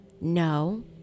No